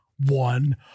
one